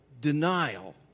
denial